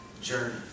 journey